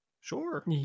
Sure